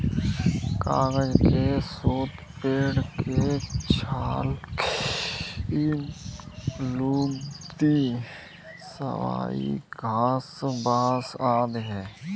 कागज के स्रोत पेड़ के छाल की लुगदी, सबई घास, बाँस आदि हैं